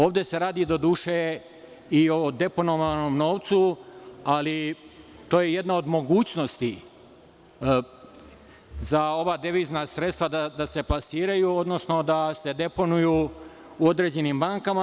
Ovde se radi, doduše, i o deponovanom novcu, ali to je jedna od mogućnosti za ova devizna sredstva se plasiraju, odnosno da se deponuju u određenim bankama.